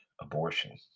abortion